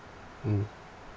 mm